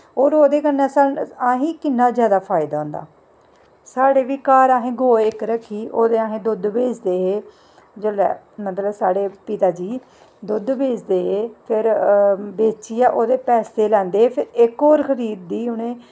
होर ओह्दे कन्नै असें ई कि'न्ना जादा फायदा होंदा साढ़े बी घर असें गौऽ इक रक्खी दी ओह्दा अस दुद्ध बेचदे हे जेल्लै मतलब साढ़े पिता जी दुद्ध बेचदे हे फिर बेचियै ओह्दे पैसे लैंदे हे ते इक होर खरीदी ही उ'नें